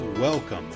welcome